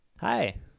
Hi